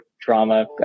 drama